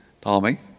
Tommy